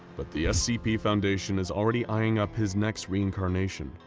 but the scp foundation is already eyeing up his next reincarnation,